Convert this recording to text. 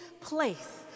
place